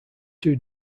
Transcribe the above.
two